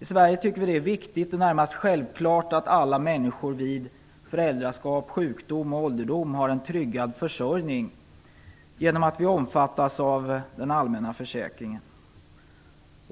I Sverige tycker vi att det är viktigt och närmast självklart att alla människor vid föräldraskap, sjukdom och ålderdom har en tryggad försörjning genom att vi omfattas av den allmänna försäkringen.